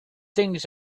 things